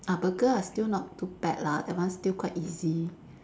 ah burger ah still not too bad lah that one still quite easy